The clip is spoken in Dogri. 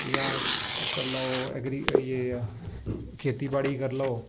जां ओह् करी लैओ ऐग्री होई गेई ऐ खेतीबाड़ी गी करी लैओ